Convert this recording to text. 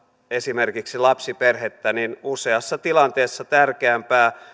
esimerkiksi lapsiperhettä niin useassa tilanteessa tärkeämpää